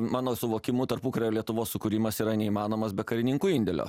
mano suvokimu tarpukario lietuvos sukūrimas yra neįmanomas be karininkų indėlio